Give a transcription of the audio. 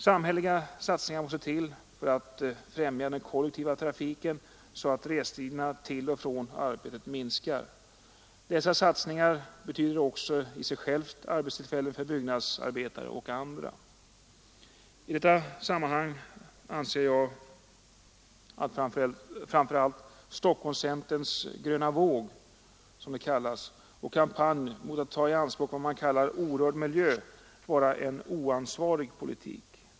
Samhälleliga satsningar måste till för att främja den kollektiva trafiken så att restiderna till och från arbetet minskar. Dessa satsningar betyder också i sig själva arbetstillfällen för byggnadsarbetare och andra. I detta sammanhang anser jag att framför allt Stockholmscenterns ”gröna våg” och kampanj mot att ta i anspråk vad man kallar ”orörd miljö” är en oansvarig politik.